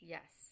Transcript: Yes